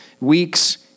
weeks